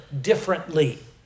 differently